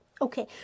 Okay